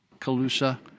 Calusa